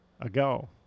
ago